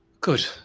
Good